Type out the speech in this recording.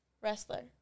wrestler